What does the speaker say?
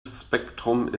spektrum